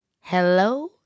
Hello